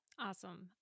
Awesome